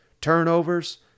turnovers